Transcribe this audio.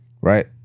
right